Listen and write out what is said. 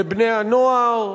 לבני-הנוער,